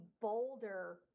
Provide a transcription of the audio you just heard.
bolder